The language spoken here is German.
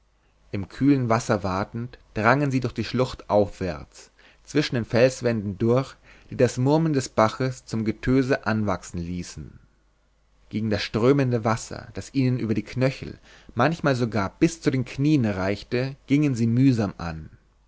im kühlen wasser watend drangen sie durch die schlucht aufwärts zwischen den felswänden durch die das murmeln des baches zum getöse anwachsen ließen gegen das strömende wasser das ihnen über die knöchel manchmal sogar bis zu den knien reichte gingen sie mühsam an